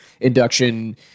induction